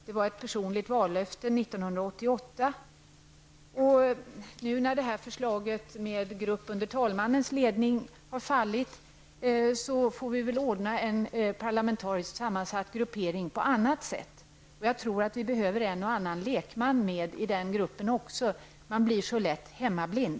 Det var ett personligt vallöfte 1988, och när nu förslaget, med en grupp under talmannens ledning, har fallit får vi väl ordna en parlamentariskt sammansatt grupp på annat sätt. Jag tror att vi behöver även en och annan lekman med i den gruppen. Man blir så lätt hemmablind.